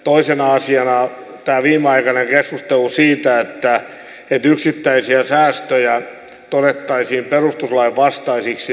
toisena asiana tämä viimeaikainen keskustelu siitä että yksittäiset säästöt todettaisiin perustuslain vastaisiksi